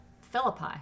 Philippi